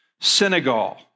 Senegal